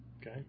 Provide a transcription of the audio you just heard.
okay